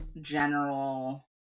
general